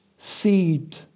seed